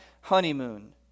honeymoon